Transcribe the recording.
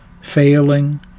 failing